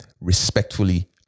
respectfully